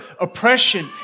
oppression